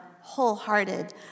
wholehearted